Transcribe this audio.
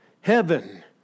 Heaven